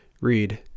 read